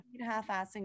Half-assing